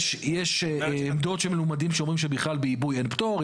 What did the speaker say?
יש עמדות של מלומדים שאומרות שבכלל בעיבוי אין פטור.